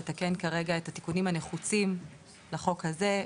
לתקן כרגע את התיקונים הנחוצים לחוק הזה,